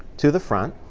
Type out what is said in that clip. to the front.